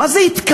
מה זה התקבע?